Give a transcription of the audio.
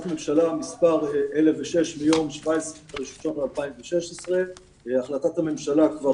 ממשלה מספר 1006 מיום 17 בינואר 2016. החלטת הממשלה כבר